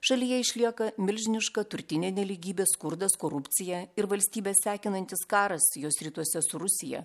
šalyje išlieka milžiniška turtinė nelygybė skurdas korupcija ir valstybę sekinantis karas jos rytuose su rusija